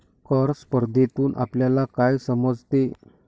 कर स्पर्धेतून आपल्याला काय समजते?